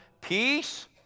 peace